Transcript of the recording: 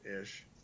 Ish